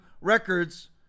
records